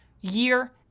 year